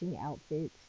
outfits